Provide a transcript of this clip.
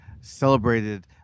celebrated